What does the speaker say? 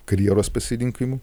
karjeros pasirinkimų